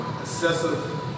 excessive